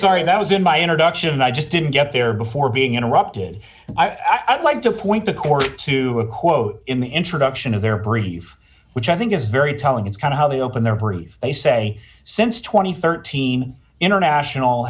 sorry that was in my introduction i just didn't get there before being interrupted and i'd like to point the court to a quote in the introduction of their brief which i think is very telling it's kind of how they open their proof they say since two thousand and thirteen international